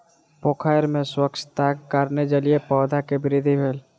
पोखैर में स्वच्छताक कारणेँ जलीय पौधा के वृद्धि भेल